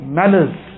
malice